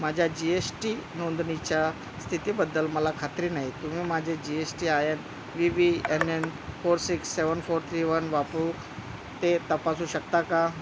माझ्या G S T नोंदणीच्या स्थितीबद्दल मला खात्री नाही तुम्ही माझे G S T I N V B N N four six seven four three one वापरून ते तपासू शकता का